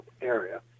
area